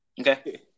Okay